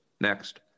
Next